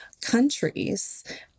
countries